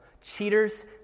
cheaters